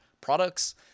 products